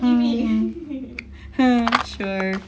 hmm hmm !huh! sure